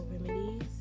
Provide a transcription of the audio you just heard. Remedies